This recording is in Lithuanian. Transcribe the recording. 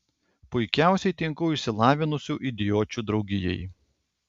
puikiausiai tinku išsilavinusių idiočių draugijai